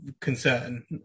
concern